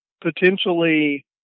potentially